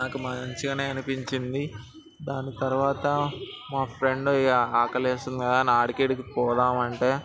నాకు మంచిగా అనిపించింది దాని తర్వాత మా ఫ్రెండ్ ఇక ఆకలేస్తుంది కదా అని ఆడికి ఈడికి పోదాం అంటే